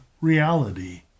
reality